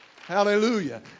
Hallelujah